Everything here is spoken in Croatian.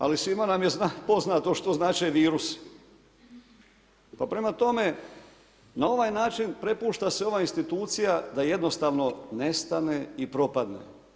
Ali svi nam je poznato što znače virusi pa prema tome na ovaj način prepušta se ova institucija da jednostavno nestane i propadne.